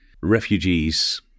refugees